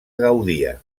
gaudia